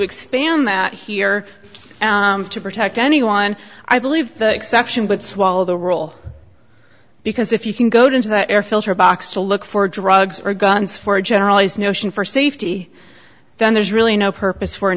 that here to protect anyone i believe the exception but swallow the role because if you can go to that air filter box to look for drugs or guns for a generalized notion for safety then there's really no purpose for an